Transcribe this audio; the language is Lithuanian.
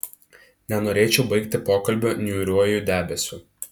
nenorėčiau baigti pokalbio niūriuoju debesiu